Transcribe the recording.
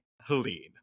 Helene